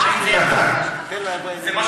זה משהו,